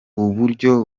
uburyo